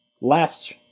last